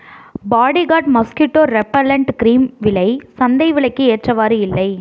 bodyguard mosquito repellent cream விலை சந்தை விலைக்கு ஏற்றவாறு இல்லை